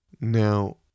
Now